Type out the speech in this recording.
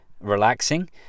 relaxing